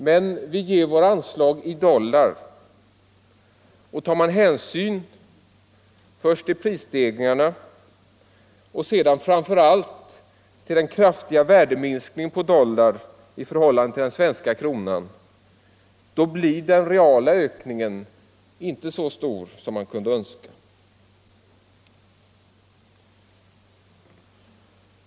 Men vi ger våra anslag i dollar, och tar man hänsyn först till prisstegringarna och sedan framför allt till den kraftiga värdeminskningen på dollar i förhållande till den svenska kronan, blir den reala ökningen inte alls så stor som man kan ställa anspråk på.